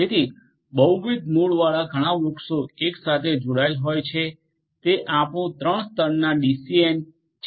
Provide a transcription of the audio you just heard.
તેથી બહુવિધ મૂળવાળા ઘણાં ટ્રી સાથે જોડાયેલ હોય છે તે આપણું 3 ત્રણ સ્તરના ડીસીએન છે